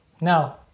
Now